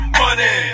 money